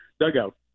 dugout